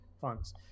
funds